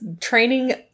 training